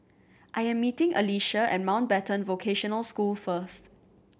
I am meeting Alycia at Mountbatten Vocational School first